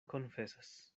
konfesas